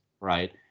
right